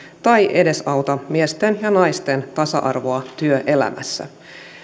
tai edesauta miesten ja naisten tasa arvoa työelämässä